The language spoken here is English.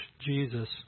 Jesus